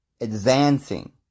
advancing